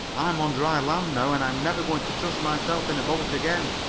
i'm on dry land now, and i'm never going to trust myself in a boat again.